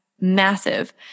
massive